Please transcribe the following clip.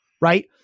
right